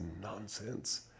nonsense